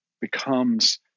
becomes